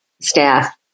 staff